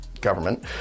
government